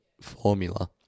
formula